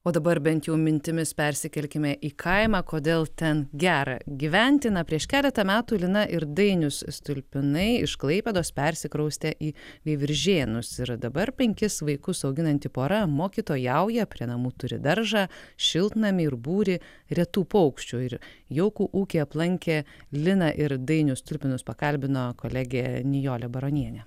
o dabar bent jau mintimis persikelkime į kaimą kodėl ten gera gyventi na prieš keletą metų lina ir dainius stulpinai iš klaipėdos persikraustė į veiviržėnus ir dabar penkis vaikus auginanti pora mokytojauja prie namų turi daržą šiltnamį ir būrį retų paukščių ir jaukų ūkį aplankė liną ir dainių stulpinus pakalbino kolegė nijolė baronienė